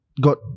got